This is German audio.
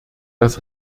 dass